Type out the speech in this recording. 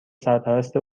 سرپرست